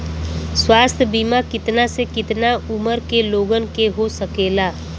स्वास्थ्य बीमा कितना से कितना उमर के लोगन के हो सकेला?